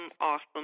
awesome